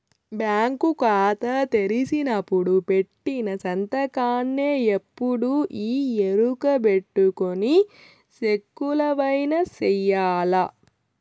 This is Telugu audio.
బ్యాంకు కాతా తెరిసినపుడు పెట్టిన సంతకాన్నే ఎప్పుడూ ఈ ఎరుకబెట్టుకొని సెక్కులవైన సెయ్యాల